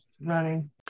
running